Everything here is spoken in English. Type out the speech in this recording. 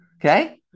okay